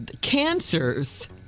Cancers